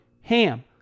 HAM